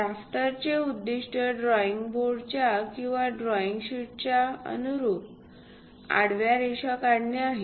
ड्राफ्टरचे उद्दीष्ट ड्रॉईंग बोर्डच्या किंवा ड्रॉईंग शीटच्या अनुरूप आडव्या रेषा काढणे आहे